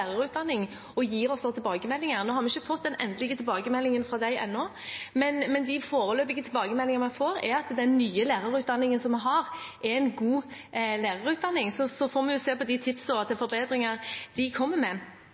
og gir oss tilbakemeldinger. Nå har vi ikke fått den endelige tilbakemeldingen fra dem ennå, men de foreløpige tilbakemeldingene er at den nye lærerutdanningen er en god lærerutdanning. Så får vi se på tipsene til forbedringer som de kommer med.